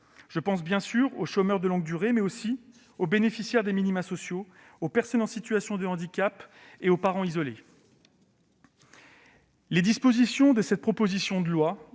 Je pense, bien sûr, aux chômeurs de longue durée, mais aussi aux bénéficiaires des minima sociaux, aux personnes en situation de handicap et aux parents isolés. Les dispositions de cette proposition de loi,